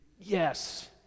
Yes